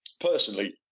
personally